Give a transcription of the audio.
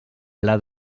pla